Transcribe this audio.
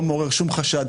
לא מעורר שום חשד,